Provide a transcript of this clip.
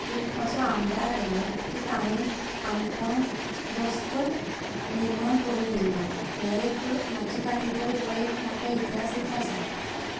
एक असो आमदार आयलो की ताणें आमकां रस्तो निर्माण करून दिल्लो हें एक म्हजे खातीर तरी हो एक मोठो इतिहासूच आसा